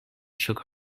shook